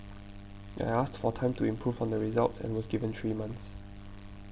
I asked for time to improve on the results and was given three months